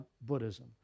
Buddhism